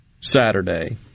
Saturday